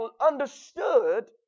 understood